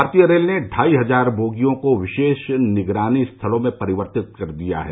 भारतीय रेल ने ढाई हजार बोगियों को विशेष निगरानी स्थलों में परिवर्तित कर दिया है